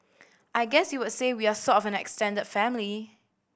I guess you would say we are sort of an extended family